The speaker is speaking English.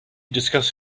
discuss